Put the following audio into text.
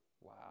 Wow